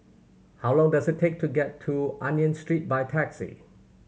how long does it take to get to Union Street by taxi